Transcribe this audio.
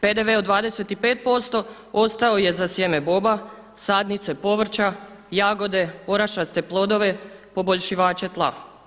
PDV od 25% ostao je za sjeme boba, sadnice povrća, jagode, orašaste plodove, poboljšivače tla.